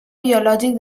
biològic